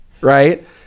right